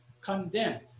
condemn